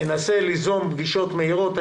ואנסה ליזום פגישות מהירות.